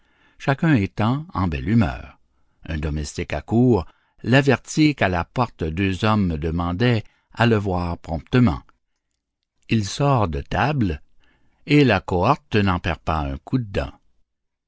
chacun étant en belle humeur un domestique accourt l'avertir qu'à la porte deux hommes demandaient à le voir promptement il sort de table et la cohorte n'en perd pas un seul coup de dent